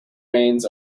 reins